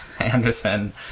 Anderson